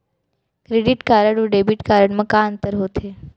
Credit card अऊ debit card मा का अंतर होथे?